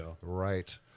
right